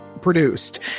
produced